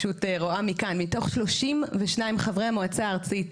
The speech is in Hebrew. מתוך 32 חברי המועצה הארצית,